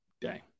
day